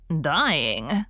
Dying